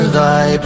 thy